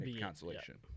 consolation